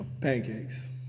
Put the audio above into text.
Pancakes